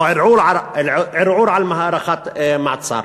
או ערעור על הארכת מעצר.